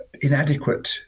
inadequate